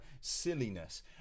silliness